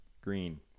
green